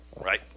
Right